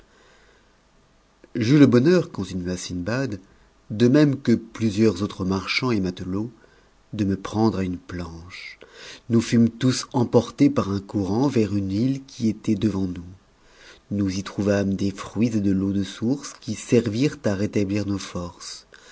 j'eus le bonheur continua sindbad de même que plusieurs aunes marchands et matelots de me prendre à une planche nous fûmes tous emportes par un courant vers une te qui était devant nous nous y trouvâmes des fruits et de t'cau de source qui servirent à rétablir nos forces